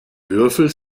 würfel